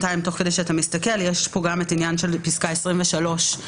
יש גם עניין בפסקה (23),